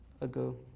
ago